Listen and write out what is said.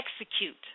execute